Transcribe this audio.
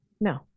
no